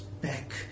back